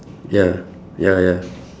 ya ya ya